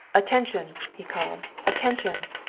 attention! he called. attention!